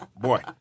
Boy